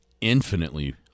infinitely